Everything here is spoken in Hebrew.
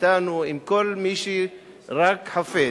אתנו, עם כל מי שרק חפץ,